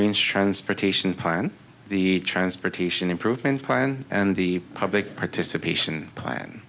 range transportation plan the transportation improvement plan and the public participation plan